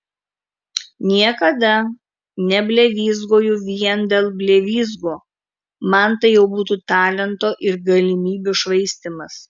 niekada neblevyzgoju vien dėl blevyzgų man tai jau būtų talento ir galimybių švaistymas